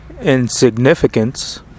insignificance